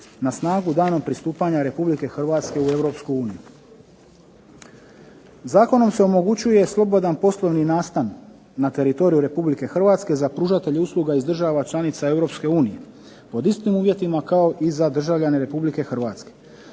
na snagu danom pristupanja Republike Hrvatske u Europsku uniju. Zakonom se omogućuje slobodan poslovni nastan na teritoriju Republike Hrvatske za pružatelje usluga iz država članica Europske unije pod istim uvjetima kao i za državljane Republike Hrvatske.